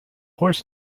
horse